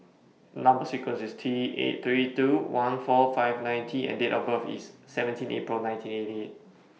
Number sequence IS T eight three two one four five nine T and Date of birth IS seventeen April nineteen eighty eight